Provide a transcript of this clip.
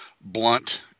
blunt